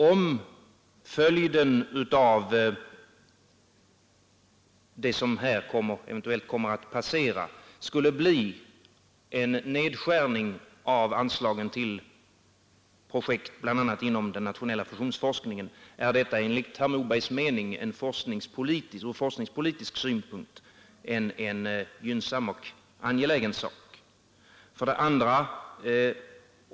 Om följden av det som eventuellt här kommer att passera skulle bli en nedskärning av anslagen till projekt inom bl.a. den nationella fusionsforskningen, är detta enligt herr Mobergs mening från forskningspolitisk synpunkt en gynnsam och angelägen sak? 2.